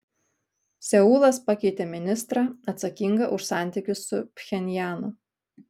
seulas pakeitė ministrą atsakingą už santykius su pchenjanu